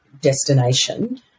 destination